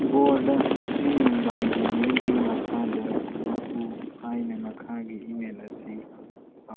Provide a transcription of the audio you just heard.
ꯕꯣꯔꯗ ꯉꯁꯤ ꯅꯨꯡꯗꯥꯡ ꯗꯤꯅꯔꯒꯤ ꯃꯈꯥꯗ ꯀꯨꯝꯂꯛꯎ ꯍꯥꯏꯅ ꯃꯈꯥꯒꯤ ꯏꯃꯦꯜ ꯑꯁꯤ ꯊꯥꯎ